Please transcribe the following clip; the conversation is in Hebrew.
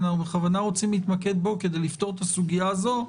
ואנחנו בכוונה רוצים להתמקד בו כדי לפתור את הסוגיה הזו,